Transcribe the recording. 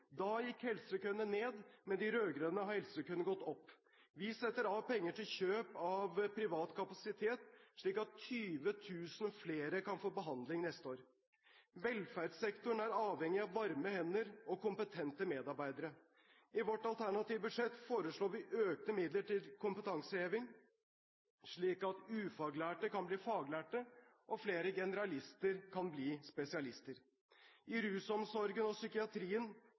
Da gikk helsekøene ned. Med de rød-grønne har helsekøene gått opp. Vi setter av penger til kjøp av privat kapasitet, slik at 20 000 flere kan få behandling neste år. Velferdssektoren er avhengig av varme hender og kompetente medarbeidere. I vårt alternative budsjett foreslår vi økte midler til kompetanseheving, slik at ufaglærte kan bli faglærte og flere generalister kan bli spesialister. Rusomsorgen og psykiatrien